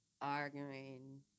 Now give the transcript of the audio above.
arguing